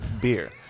beer